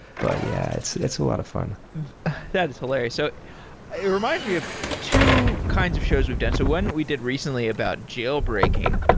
but yeah, it's it's a lot of fun that is hilarious. so it reminds me of two kinds of shows we've done. so one we did recently about jailbreaking.